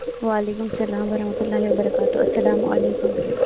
وعلیکُم اسلام ورحمة الله وبركاته اَسَلام وعلیکُم